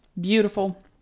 beautiful